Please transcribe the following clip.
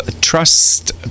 Trust